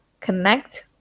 connect